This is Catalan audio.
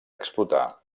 explotar